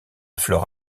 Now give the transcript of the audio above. flore